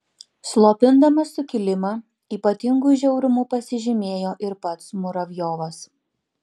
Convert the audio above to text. slopindamas sukilimą ypatingu žiaurumu pasižymėjo ir pats muravjovas